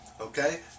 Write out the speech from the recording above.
Okay